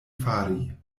fari